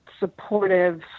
Supportive